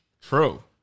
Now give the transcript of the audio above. True